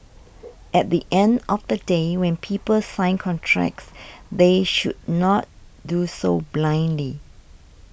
at the end of the day when people sign contracts they should not do so blindly